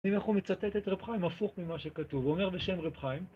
אם אנחנו מצטט את רבחיים הפוך ממה שכתוב, הוא אומר בשם רבחיים